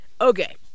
Okay